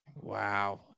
Wow